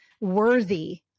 worthy